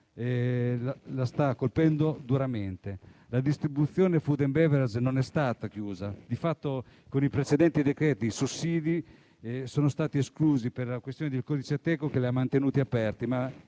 li sta colpendo duramente. La distribuzione *food and beverage* non è stata chiusa. Di fatto, con i precedenti decreti sussidi, gli operatori sono stati esclusi per la questione del codice Ateco, che li ha mantenuti aperti, ma